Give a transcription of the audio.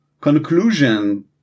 conclusion